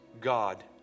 God